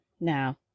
now